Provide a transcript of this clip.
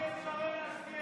נגד נגד שרן השכל.